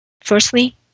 Firstly